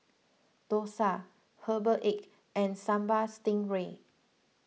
Dosa Herbal Egg and Sambal Stingray